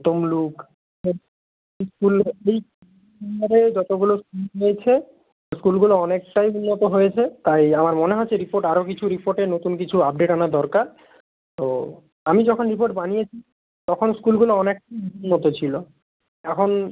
তমলুক ধরে যতগুলো রয়েছে স্কুলগুলো অনেকটাই উন্নত হয়েছে তাই আমার মনে হচ্ছে রিপোর্ট আরও কিছু রিপোর্টে নতুন কিছু আপডেট আনা দরকার তো আমি যখন রিপোর্ট বানিয়েছি তখন স্কুলগুলো অনেক উন্নত ছিল এখন